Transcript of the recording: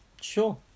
Sure